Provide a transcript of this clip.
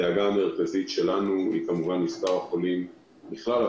הדאגה המרכזית שלנו היא כמובן ממספר החולים בכלל,